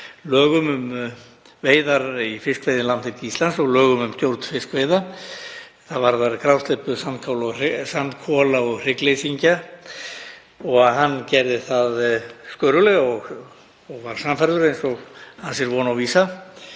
lögum um veiðar í fiskveiðilandhelgi Íslands og lögum um stjórn fiskveiða. Þær varða grásleppu, sandkola og hryggleysingja. Hann gerði það sköruglega og var sannfærður eins og hans er von og vísa.